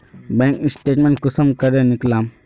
Bank statement कुंसम करे निकलाम?